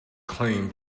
claim